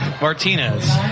Martinez